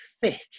thick